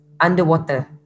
underwater